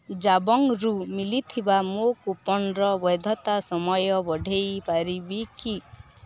ଜାବଙ୍ଗ୍ରୁ ମିଲିଥିବା ମୋ କୁପନ୍ର ବୈଧତା ସମୟ ବଢ଼େଇ ପାରିବି କି